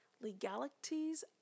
legalities